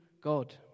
God